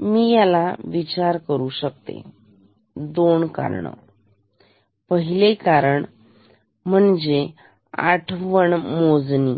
मी याचा विचार करू शकतो दोन कारणं आहेत पहिले कारण आठवण मोजणी